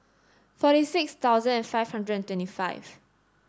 forty six thousand five hundred and twenty five